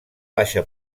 baixa